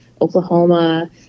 Oklahoma